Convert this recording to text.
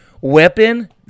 weapon